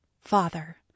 Father